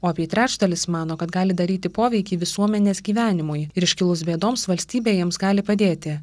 o apie trečdalis mano kad gali daryti poveikį visuomenės gyvenimui ir iškilus bėdoms valstybė jiems gali padėti